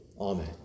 Amen